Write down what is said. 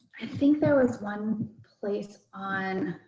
think there was one place on,